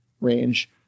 range